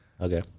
Okay